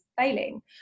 failing